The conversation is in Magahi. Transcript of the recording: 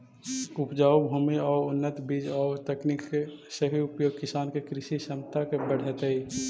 उपजाऊ भूमि आउ उन्नत बीज आउ तकनीक के सही प्रयोग किसान के कृषि क्षमता के बढ़ऽतइ